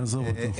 תעזוב אותו.